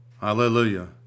Hallelujah